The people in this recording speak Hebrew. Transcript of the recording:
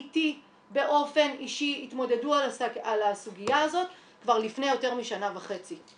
התמודדו איתי באופן אישי על הסוגיה הזאת כבר לפני יותר משנה וחצי.